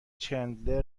چندلر